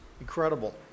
incredible